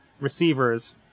receivers